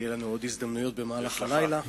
יהיו לנו עוד הזדמנויות במהלך הלילה.